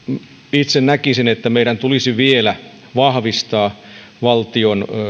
itse näkisin että meidän tulisi vielä vahvistaa valtion